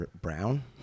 brown